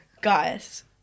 guys